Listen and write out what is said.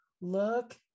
look